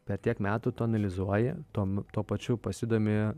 per tiek metų tu analizuoji tom tuo pačiu pasidomi